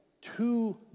two